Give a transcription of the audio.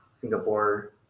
Singapore